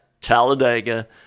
Talladega